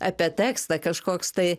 apie tekstą kažkoks tai